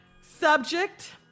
Subject